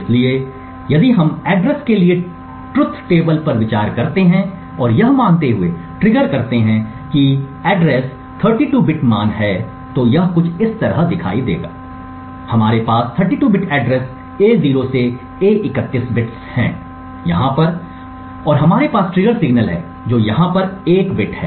इसलिए यदि हम एड्रेस के लिए ट्रुथ टेबल पर विचार करते हैं और यह मानते हुए ट्रिगर करते हैं कि पता 32 बिट मान है तो यह कुछ इस तरह दिखाई देगा हमारे पास 32 बिट एड्रेस A0 से A31 बिट्स हैं यहाँ पर और हमारे पास ट्रिगर सिग्नल है जो यहाँ पर एक बिट है